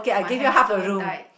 my hamster died